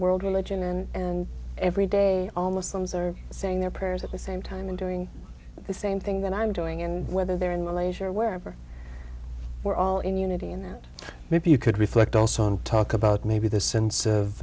world religion and every day all muslims are saying their prayers at the same time and doing the same thing that i'm doing and whether they're in malaysia or wherever we're all in unity and if you could reflect also and talk about maybe the sense of